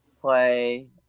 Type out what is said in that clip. play